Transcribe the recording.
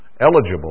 eligible